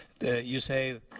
you say